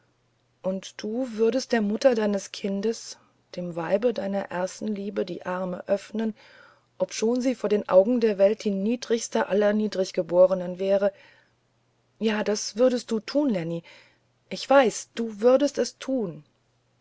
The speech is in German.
und du würdest der mutter deines kindes dem weibe deiner ersten liebe die arme öffnen obschon sie vor den augen der welt die niedrigste aller niedriggeborenen wäre ja das würdest du tun lenny ich weiß du würdestestun rosamunde wie